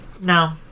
No